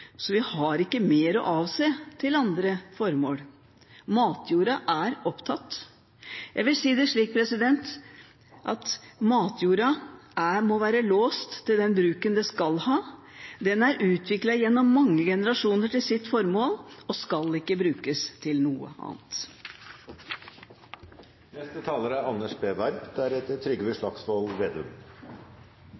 så vi har ikke mer å avse til andre formål. Matjorda er opptatt. Jeg vil si det slik at matjorda må være låst til den bruken den skal ha, den er utviklet gjennom mange generasjoner til sitt formål og skal ikke brukes til noe annet. Regjeringen er